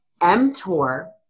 mTOR